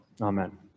Amen